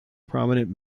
prominent